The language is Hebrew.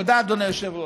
תודה, אדוני היושב-ראש.